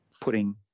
putting